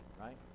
right